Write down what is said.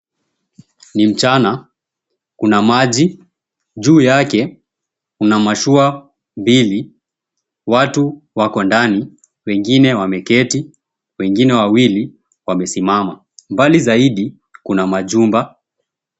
Ni mchana, kuna maji, juu yake, kuna mashua mbili, watu wako ndani, wengine wameketi, wengine wawili wamesimama. Mbali zaidi, kuna majumba.